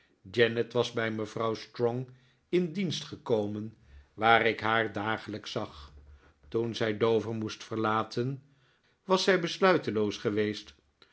janet was bij mevrouw strong in dienst gekomen waar ik haar dagelijks zag toen zij dover moest verlaten was zij besluiteloos geweest